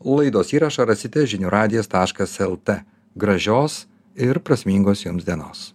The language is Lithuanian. laidos įrašą rasite žinių radijas taškas lt gražios ir prasmingos jums dienos